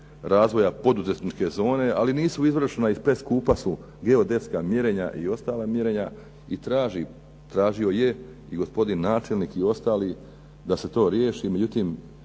razvoja poduzetničke zone ali nisu izvršena i preskupa su geodetska mjerenja i ostala mjerenja i tražio je i gospodin načelnik i ostali da se to riješi. Međutim,